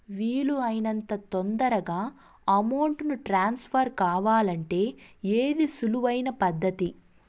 వీలు అయినంత తొందరగా అమౌంట్ ను ట్రాన్స్ఫర్ కావాలంటే ఏది సులువు అయిన పద్దతి